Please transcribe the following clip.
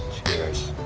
cheers.